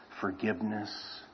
forgiveness